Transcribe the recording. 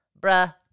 bruh